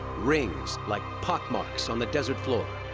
rings, like pock marks on the desert floor.